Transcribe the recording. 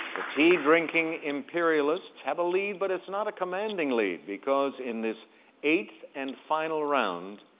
the tea-drinking imperialists have a lead, but is not a commanding lead because in this eighth and final round,